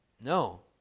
No